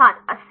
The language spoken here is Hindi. छात्र 80